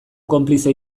konplize